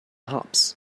hops